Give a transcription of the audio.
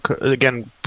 again –